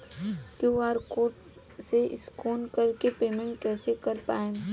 QR code से scan कर के पेमेंट कइसे कर पाएम?